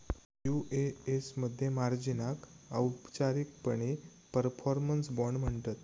UAS मध्ये मार्जिनाक औपचारिकपणे परफॉर्मन्स बाँड म्हणतत